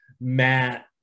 matt